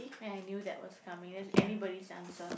and I knew that was coming an~ anybody's answer